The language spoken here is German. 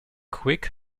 quick